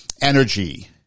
energy